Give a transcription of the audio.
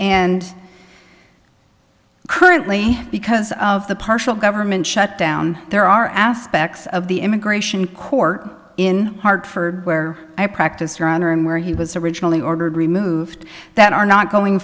and currently because of the partial government shutdown there are aspects of the immigration court in hartford where i practice or honor and where he was originally ordered removed that are not going